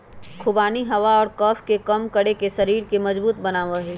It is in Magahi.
खुबानी हवा और कफ के कम करके शरीर के मजबूत बनवा हई